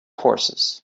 horses